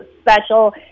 special